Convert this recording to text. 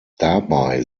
dabei